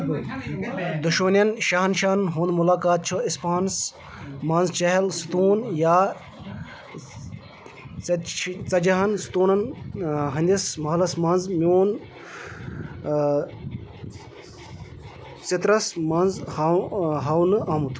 دۄشوٕنیَن شہنشاہَن ہٗند مُلاقات چھُ اِصفانس منز چہل سوتوٗن یا ژتجی ژتجی ہن ستوُنن ہندِس محلس منز میون ژِترس منز ہاو ہاونہٕ آمٗت